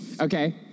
Okay